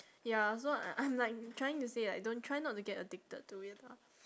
ya so I'm like trying to say like don't try not to get addicted to it lah